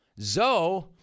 Zoe